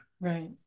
Right